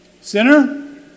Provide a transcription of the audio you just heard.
sinner